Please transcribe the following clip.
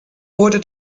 wurde